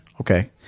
okay